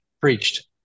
preached